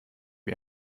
wie